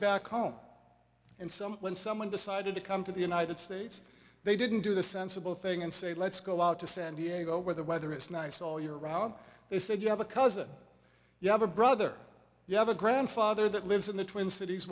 back home and some when someone decided to come to the united states they didn't do the sensible thing and say let's go out to san diego where the weather is nice all year round they said you have a cousin you have a brother you have a grandfather that lives in the twin cities